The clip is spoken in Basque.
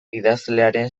idazlearen